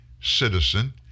citizen